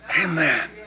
Amen